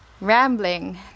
rambling